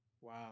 Wow